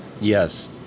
Yes